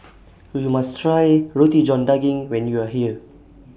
YOU must Try Roti John Daging when YOU Are here